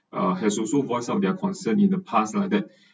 uh has also voiced out their concern in the past lah that